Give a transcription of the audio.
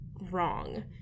wrong